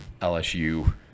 LSU